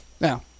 now